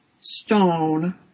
stone